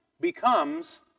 becomes